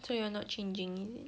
so you all not changing is it